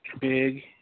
big